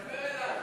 דבר אלי.